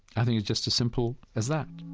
i mean, it's just as simple as that